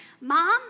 Mom